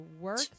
work